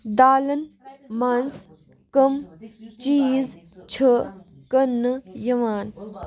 دالن منٛز کم چیٖز چھِ کٕننہٕ یِوان